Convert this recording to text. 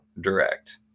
direct